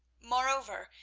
moreover,